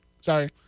sorry